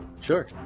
Sure